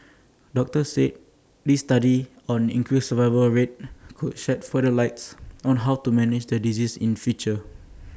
doctors said this study on increased survival rate could shed further lights on how to manage the disease in future